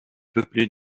peuplée